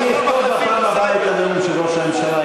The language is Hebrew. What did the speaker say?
אני אכתוב בפעם הבאה את הנאום של ראש הממשלה,